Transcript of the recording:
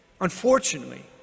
unfortunately